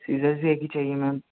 scissor صرف ایک ہی چاہیے میم